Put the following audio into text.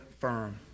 firm